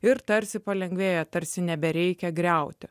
ir tarsi palengvėja tarsi nebereikia griauti